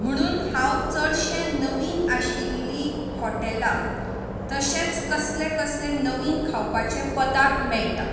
म्हुणून हांव चडशें नवीन आशिल्लीं हॉटॅलां तशेंच कसले कसले नवीन खावपाचे पदार्थ मेळटात